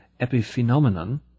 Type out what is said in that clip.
epiphenomenon